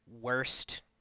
worst